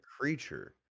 creature